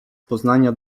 poznania